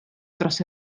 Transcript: dros